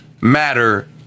matter